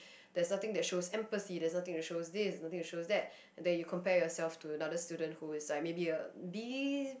there's nothing that shows empathy there's nothing that shows this there's nothing that shows that and then you compare yourself to another student who is like maybe a B